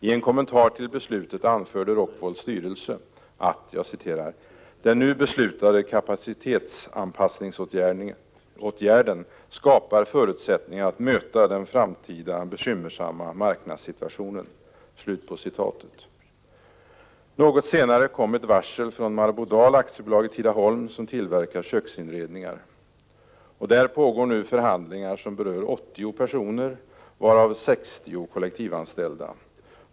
I en kommentar till beslutet anförde Rockwools styrelse, att ”den nu beslutade kapacitetsanpassningsåtgärden skapar förutsättningar att möta den framtida bekymmersamma marknadssituationen”. Något senare kom ett varsel från Marbodal AB i Tidaholm, som tillverkar köksinredningar. Nu pågår där förhandlingar som berör 80 personer, varav 60 kollektivanställda.